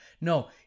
No